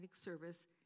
service